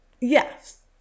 yes